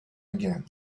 again